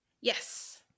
Yes